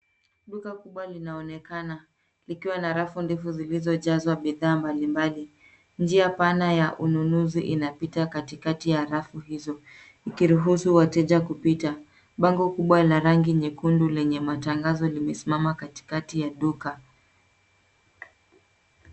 Duka kubwa linaonekana likiwa na rafu ndefu zilizojazwa bidhaa mbalimbali. Njia pana ya ununuzi inapita katikati ya rafu hizo, ikiruhusu wateja kupita. Bango kubwa la rangi nyekundu lenye matangazo limesimama katikati ya duka.